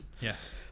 Yes